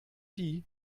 die